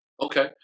Okay